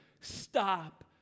stop